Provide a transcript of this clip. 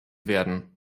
werden